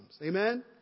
Amen